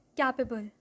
capable